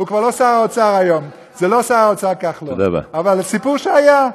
זה לא שר האוצר כחלון, אבל זה סיפור שהיה.